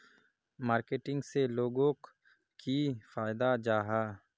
Marketing से लोगोक की फायदा जाहा?